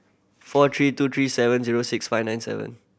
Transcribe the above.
four three two three seven zero six five nine seven